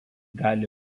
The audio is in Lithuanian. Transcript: gali